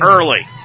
early